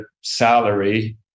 salary